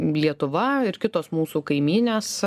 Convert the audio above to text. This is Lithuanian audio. lietuva ir kitos mūsų kaimynės